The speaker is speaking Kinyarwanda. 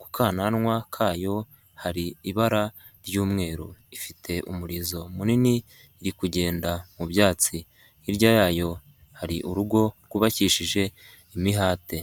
ku kananwa kayo hari ibara ry'umweru, ifite umurizo munini iri kugenda mu byatsi, hirya yayo hari urugo rwubakishije imihate.